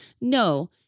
no